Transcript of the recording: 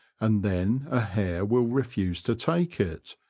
and then a hare will refuse to take it,